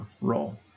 role